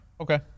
Okay